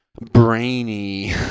brainy